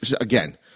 again